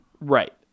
Right